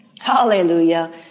hallelujah